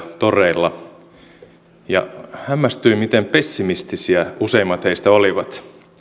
toreilla ja hämmästyin miten pessimistisiä useimmat heistä olivat